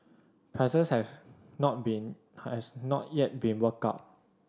prices have not been has not yet been worked out